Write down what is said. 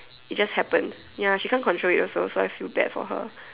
it just happens ya she can't control it also so I feel bad for her